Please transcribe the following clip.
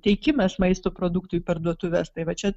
teikimas maisto produktų į parduotuves tai va čia